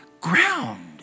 ground